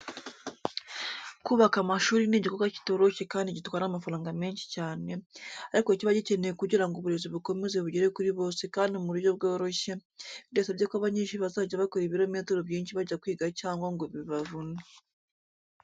Kubaka amashuri ni igikorwa kitoroshye kandi gitwara amafaranga menshi cyane, ariko kiba gikenewe kugira ngo uburezi bukomeze bugere kuri bose kandi mu buryo bworoshye, bidasabye ko abanyeshuri bazajya bakora ibirometero byinshi bajya kwiga cyangwa ngo bibavune.